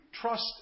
trust